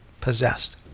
possessed